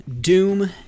Doom